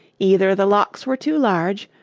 either the locks were too large,